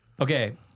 Okay